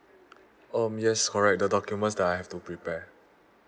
um yes correct the documents that I have to prepare